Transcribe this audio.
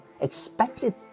expected